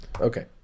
Okay